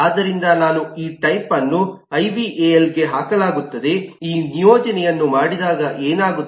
ಆದ್ದರಿಂದ ನಾನು ಈ ಟೈಪ್ ಅನ್ನು ಐ ವಿ ಎ ಎಲ್ಗೆ ಹಾಕಲಾಗುತ್ತದೆ ಈ ನಿಯೋಜನೆಯನ್ನು ಮಾಡಿದಾಗ ಏನಾಗುತ್ತದೆ